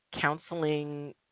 counseling